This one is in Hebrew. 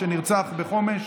שנרצח בחומש,